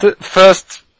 first